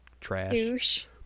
trash